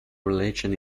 religion